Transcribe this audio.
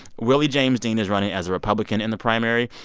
willie james dean is running as a republican in the primary.